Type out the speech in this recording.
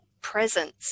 presence